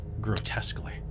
grotesquely